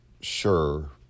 sure